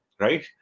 Right